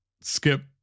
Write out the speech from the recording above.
skip